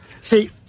see